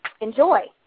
enjoy